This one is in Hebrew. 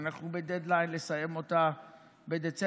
ואנחנו בדדליין לסיים אותה בדצמבר,